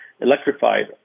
electrified